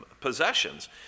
possessions